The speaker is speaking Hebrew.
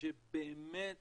שבאמת